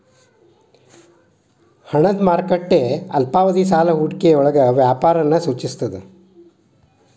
ಹಣದ ಮಾರುಕಟ್ಟೆ ಅಲ್ಪಾವಧಿ ಸಾಲ ಹೂಡಿಕೆಯೊಳಗ ವ್ಯಾಪಾರನ ಸೂಚಿಸ್ತದ